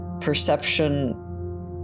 Perception